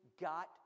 got